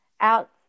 out